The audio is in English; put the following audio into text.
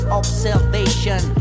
observation